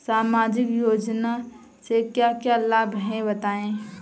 सामाजिक योजना से क्या क्या लाभ हैं बताएँ?